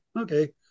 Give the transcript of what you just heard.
Okay